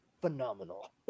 Phenomenal